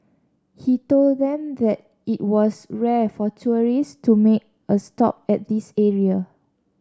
he told them that it was rare for tourists to make a stop at this area